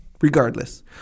regardless